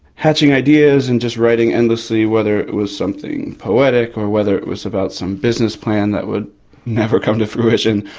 hatching ideas and just writing endlessly, whether it was something poetic, or whether it was about some business plan that would never come to fruition.